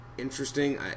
interesting